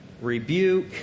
rebuke